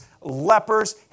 lepers